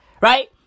Right